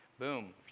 boom.